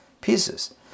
pieces